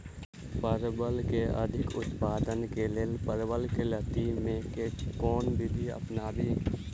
परवल केँ अधिक उत्पादन केँ लेल परवल केँ लती मे केँ कुन विधि अपनाबी?